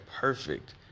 perfect